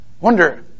Wonder